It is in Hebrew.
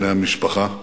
בני המשפחה.